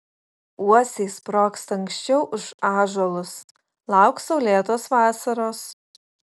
uosiai sprogsta anksčiau už ąžuolus lauk saulėtos vasaros